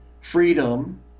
freedom